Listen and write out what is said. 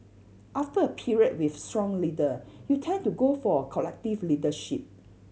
after a period with a strong leader you tend to go for a collective leadership